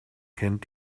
kennt